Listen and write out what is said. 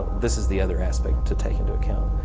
this is the other aspect to take into account.